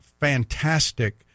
fantastic